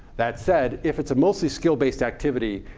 that said, if it's a mostly skill-based activity,